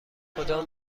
کدام